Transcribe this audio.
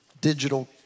digital